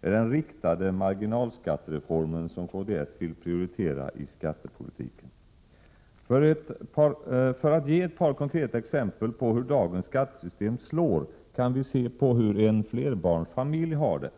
Det är den riktade marginalskattereform som kds vill prioritera i skattepolitiken. För att ge ett par konkreta exempel på hur dagens skattesystem slår kan vi se på hur en flerbarnsfamilj har det.